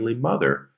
mother